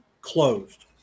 closed